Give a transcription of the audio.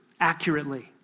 accurately